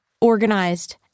organized